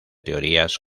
teorías